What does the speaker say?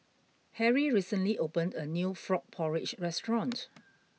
Harrie recently opened a new frog porridge restaurant